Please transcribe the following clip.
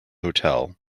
hotel